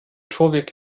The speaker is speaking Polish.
człowiek